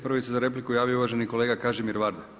Prvi se za repliku javio uvaženi kolega Kažimir Varda.